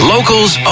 Locals